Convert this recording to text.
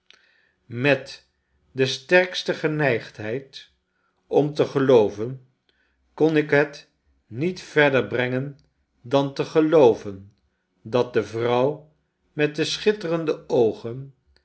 met de sterkste geneigdheid om te gelooven kon ik het niet verder brengen dan te gelooven dat de vrouw met de schitterende oogen